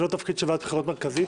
זה לא התפקיד של ועדת הבחירות המרכזית.